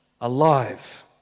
alive